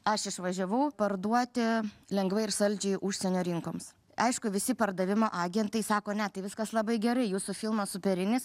aš išvažiavau parduoti lengvai ir saldžiai užsienio rinkoms aišku visi pardavimo agentai sako ne tai viskas labai gerai jūsų filmas superinis